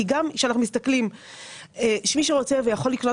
כי גם כשאנחנו מסתכלים שמי שרוצה ויכול לקנות